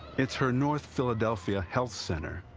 it's her north philadelphia health center,